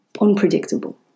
unpredictable